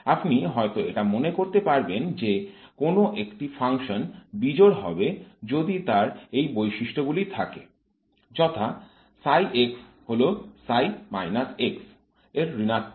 আপনি হয়তো এটা মনে করতে পারবেন যে কোন একটি ফাংশন বিজোড় হবে যদি তার এই বৈশিষ্ট্যটি থাকে যথা হল এর ঋণাত্মক